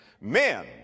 Men